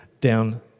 down